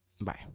bye